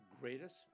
greatest